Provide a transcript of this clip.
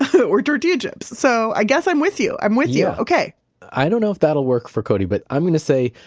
or tortilla chips. so i guess i'm with you, i'm with you okay i don't know if that will work for cody, but i'm going to say,